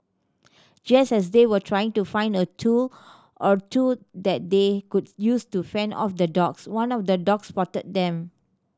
just as they were trying to find a tool or two that they could use to fend off the dogs one of the dogs spotted them